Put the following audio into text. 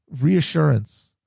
reassurance